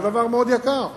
זה דבר מאוד יקר.